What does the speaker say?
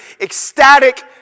ecstatic